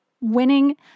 winning